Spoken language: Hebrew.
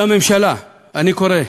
ולממשלה אני קורא: